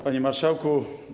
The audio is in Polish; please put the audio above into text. Panie Marszałku!